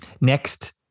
Next